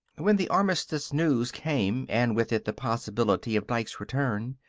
when the armistice news came, and with it the possibility of dike's return,